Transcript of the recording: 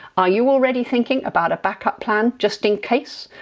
are you already thinking about a back-up plan just in case?